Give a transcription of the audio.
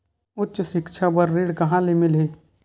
उच्च सिक्छा बर ऋण कहां ले मिलही?